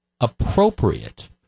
appropriate